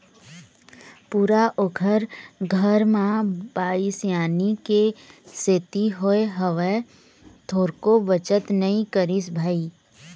पूरा ओखर घर म बाई सियानी के सेती होय हवय, थोरको बचत नई करिस भई